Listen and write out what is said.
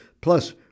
plus